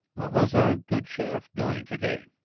what was our good sheriff doing to-day?